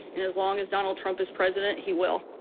and as long as donald trump is president he will.